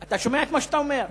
אתה שומע את מה שאתה אומר?